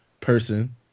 person